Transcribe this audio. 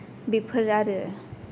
बेफोर आरो